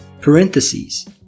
parentheses